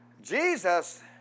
Jesus